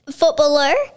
footballer